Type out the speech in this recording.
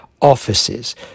offices